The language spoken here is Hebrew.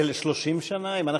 ול-30 שנה, אותו דבר.